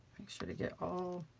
sure to get all.